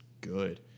good